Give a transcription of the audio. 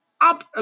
up